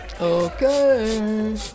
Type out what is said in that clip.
Okay